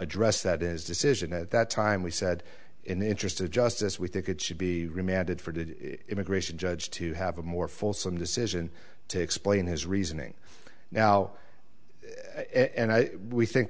address that is decision at that time we said in the interest of justice we think it should be remanded for did immigration judge to have a more fulsome decision to explain his reasoning now and we think